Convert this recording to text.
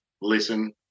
listen